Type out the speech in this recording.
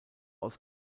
aus